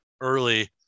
early